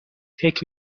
فکر